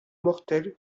mortel